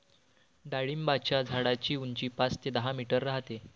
डाळिंबाच्या झाडाची उंची पाच ते दहा मीटर राहते